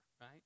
right